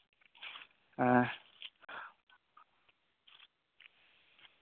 ᱦᱮᱸ